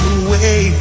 away